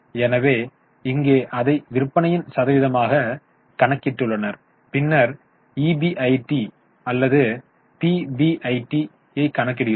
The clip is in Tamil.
எனவே இங்கே அதை விற்பனையின் சதவீதமாக கணக்கிட்டுள்ளனர் பின்னர் ஈபிஐடி அல்லது பிபிஐடி ஐ கணக்கிடுவோம்